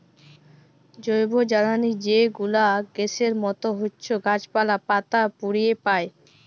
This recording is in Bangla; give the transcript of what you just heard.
জৈবজ্বালালি যে গুলা গ্যাসের মত হছ্যে গাছপালা, পাতা পুড়িয়ে পায়